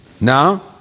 Now